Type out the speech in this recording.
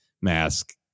mask